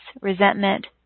resentment